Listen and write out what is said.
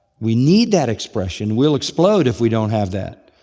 we need that expression. we'll explode if we don't have that.